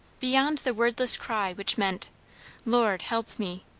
beyond the wordless cry which meant lord help me!